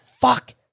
fuck